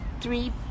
three